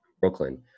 brooklyn